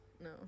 No